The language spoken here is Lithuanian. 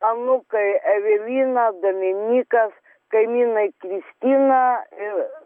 anūkai evelina dominykas kaimynai kristina ir